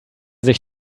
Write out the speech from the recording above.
sich